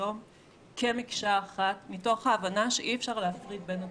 יום כמקשה אחת מתוך ההבנה שאי-אפשר להפריד בין התחומים.